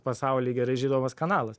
pasauly gerai žinomas kanalas